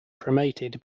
cremated